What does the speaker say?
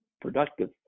productive